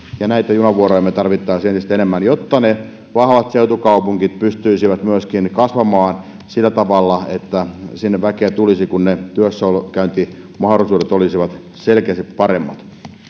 ja näitä junavuoroja me tarvitsisimme entistä enemmän jotta ne vahvat seutukaupungit pystyisivät myöskin kasvamaan sillä tavalla että sinne väkeä tulisi kun ne työssäkäyntimahdollisuudet olisivat selkeästi paremmat